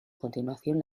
continuación